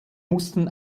mussten